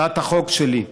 הצעת החוק שלי,